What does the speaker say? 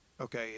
Okay